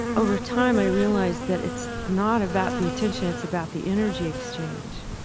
over time i realized that it's not about the attention, it's about the energy exchange.